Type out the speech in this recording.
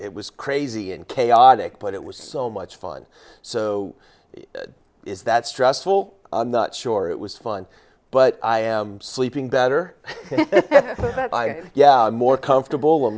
it was crazy and chaotic but it was so much fun so is that stressful i'm not sure it was fun but i am sleeping better than i yeah i'm more comfortable